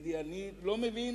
אני לא מבין